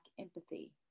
empathy